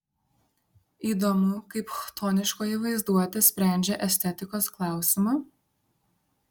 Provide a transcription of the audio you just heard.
įdomu kaip chtoniškoji vaizduotė sprendžia estetikos klausimą